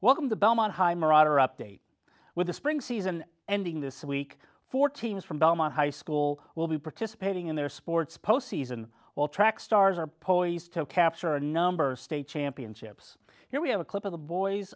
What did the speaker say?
welcome to belmont high marauder update with the spring season ending this week four teams from belmont high school will be participating in their sports postseason all track stars are poised to capture a number of state championships here we have a clip of the boys